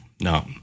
no